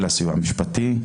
לסיוע המשפטי.